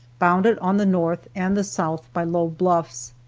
bounded on the north and the south by low bluffs,